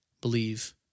believe